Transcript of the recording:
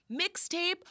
Mixtape